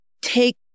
take